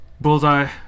Bullseye